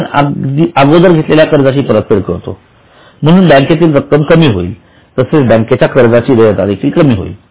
आपण अगोदर घेतलेल्या कर्जाची परतफेड करतो म्हणून बँकेतील रक्कम कमी होईल तसेच बँकेच्या कर्जाची देयता देखील कमी होते